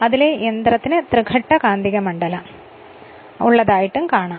അതിലെ യന്ത്രത്തിന് തൃഘട്ട കാന്തിക മണ്ഡലം ഉള്ളതായും കാണാം